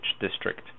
district